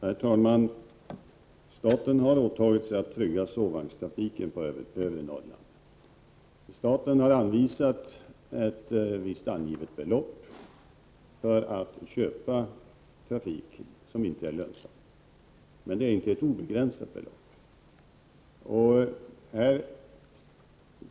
Herr talman! Staten har åtagit sig att trygga sovvagnstrafiken på övre Norrland. Staten har anvisat ett visst angivet belopp för att köpa trafik som inte är lönsam, men det är inte ett obegränsat belopp.